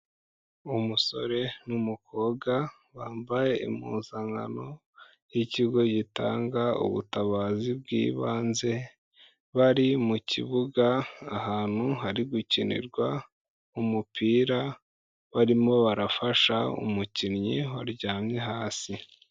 Umusore n'umukobwa bambaye impuzankano y'ikigo gitanga ubutabazi bw'ibanze, bari mu kibuga ahantu hari gukinirwa umupira barimo barafasha umukinnyi waryamye hasi.